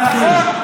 תתגייס אתה,